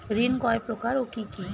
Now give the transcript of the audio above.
ঋণ কয় প্রকার ও কি কি?